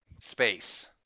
space